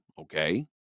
okay